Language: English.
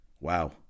Wow